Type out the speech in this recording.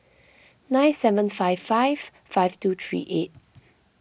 nine seven five five five two three eight